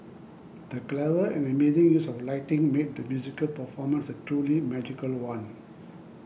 the clever and amazing use of lighting made the musical performance a truly magical one